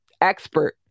expert